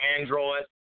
Android